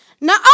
Now